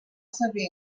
servir